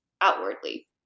outwardly